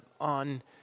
on